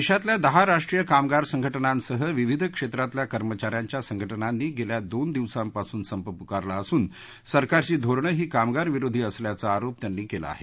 देशातल्या दहा राष्ट्रीय कामगार संघटनांसह विविध क्षेत्रातल्या कर्मचा यांच्या संघटनानी गेल्या दोन दिवसांपासून संप पुकारला असून सरकारची धोरणं ही कामगारविरोधी असल्याचा आरोप त्यांनी केला आहे